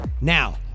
Now